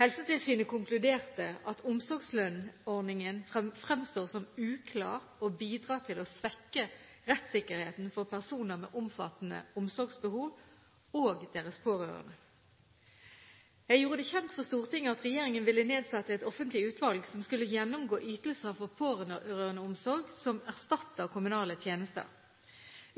Helsetilsynet konkluderte med at omsorgslønnsordningen fremstår som uklar og bidrar til å svekke rettssikkerheten for personer med omfattende omsorgsbehov og deres pårørende. Jeg gjorde det kjent for Stortinget at regjeringen ville nedsette et offentlig utvalg som skulle gjennomgå ytelser for pårørendeomsorg som erstatter kommunale tjenester.